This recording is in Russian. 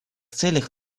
целях